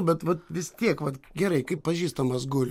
bet vat vis tiek vat gerai kai pažįstamas guli